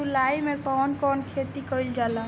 जुलाई मे कउन कउन खेती कईल जाला?